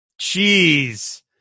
Jeez